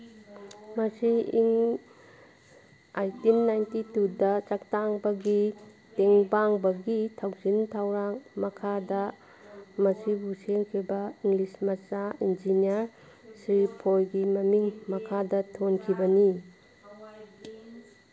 ꯃꯁꯤ in eighteen ninety ꯇꯨꯗ ꯆꯥꯛꯇꯥꯡꯕꯒꯤ ꯇꯦꯡꯕꯥꯡꯕꯒꯤ ꯊꯧꯁꯤꯜ ꯊꯧꯔꯥꯡ ꯃꯈꯥꯗ ꯃꯁꯤꯕꯨ ꯁꯦꯝꯈꯤꯕ ꯂꯤꯁ ꯃꯆꯥ ꯏꯟꯖꯤꯅꯤꯌꯥꯔ ꯁ꯭ꯔꯤ ꯐꯣꯏꯒꯤ ꯃꯃꯤꯡ ꯃꯈꯥꯗ ꯊꯣꯟꯈꯤꯕꯅꯤ